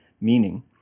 meaning